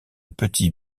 petit